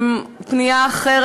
פנייה אחרת.